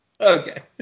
Okay